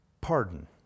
Pardon